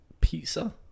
Pizza